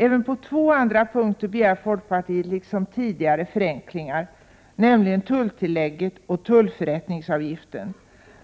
Även på två andra punkter begär folkpartiet, liksom tidigare, förenklingar, nämligen när det gäller tulltillägget och tullförrättningsavgiften.